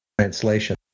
translation